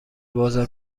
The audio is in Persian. بازار